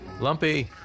Lumpy